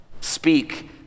speak